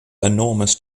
enormous